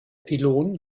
pylon